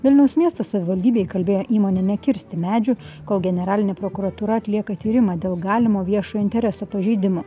vilniaus miesto savivaldybė įkalbėjo įmonę nekirsti medžių kol generalinė prokuratūra atlieka tyrimą dėl galimo viešojo intereso pažeidimo